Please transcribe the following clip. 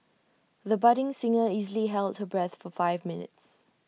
the budding singer easily held her breath for five minutes